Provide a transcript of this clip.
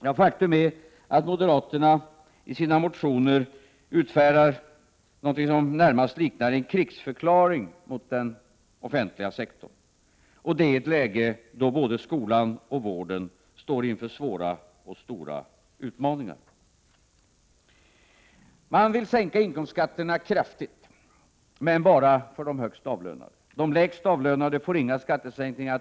Ja, faktum är att moderaterna i sina motioner utfärdar något som närmast liknar en krigsförklaring mot den offentliga sektorn — och detta i ett läge då både skolan och vården står inför stora och svåra utmaningar. Moderaterna vill sänka inkomstskatterna kraftigt — men bara för de högst avlönade. De lägst avlönade får inga skattesänkningar.